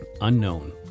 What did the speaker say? Unknown